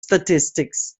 statistics